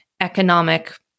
economic